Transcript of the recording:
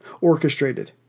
orchestrated